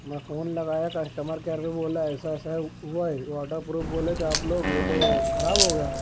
میں فون لگایا customer care پہ بولا ایسا ایسا ہے ہوا ہے واٹرپروف بولے تھے آپ لوگ یہ تو خراب ہو گیا